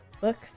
books